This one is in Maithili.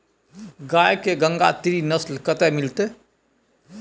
गाय के गंगातीरी नस्ल कतय मिलतै?